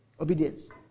Obedience